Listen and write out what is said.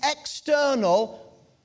external